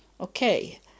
okay